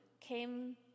came